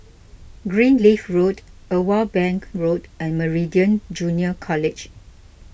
Greenleaf Road Irwell Bank Road and Meridian Junior College